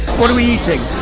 what are we eating?